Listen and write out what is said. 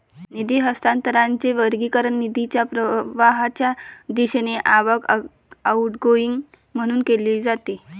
निधी हस्तांतरणाचे वर्गीकरण निधीच्या प्रवाहाच्या दिशेने आवक, आउटगोइंग म्हणून केले जाते